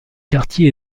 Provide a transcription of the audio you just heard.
quartier